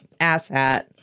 asshat